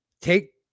Take